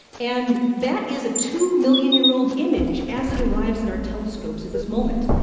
and that is a two million year old image as it arrives at our telescopes at this moment.